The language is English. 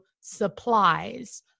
supplies